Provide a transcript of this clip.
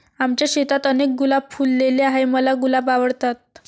आमच्या शेतात अनेक गुलाब फुलले आहे, मला गुलाब आवडतात